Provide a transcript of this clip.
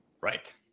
Right